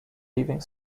leaving